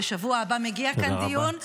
ובשבוע הבא מגיע כאן דיון --- תודה רבה.